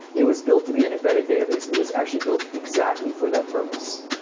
it was built to be an embedded database. it was actually built exactly for that purpose.